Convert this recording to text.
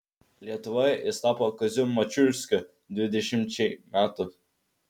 lietuvoje jis tapo kaziu mačiulskiu dvidešimčiai metų